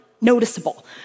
noticeable